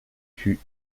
fut